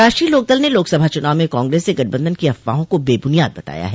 राष्ट्रीय लोकदल ने लोकसभा चुनाव में कांग्रेस से गठबंधन की अफवाहों को बेब्रनियाद बताया है